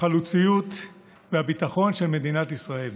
החלוציות והביטחון של מדינת ישראל.